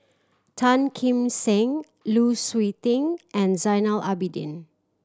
Tan Kim Seng Lu Suitin and Zainal Abidin